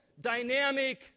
dynamic